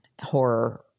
horror